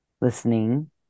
listening